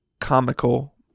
comical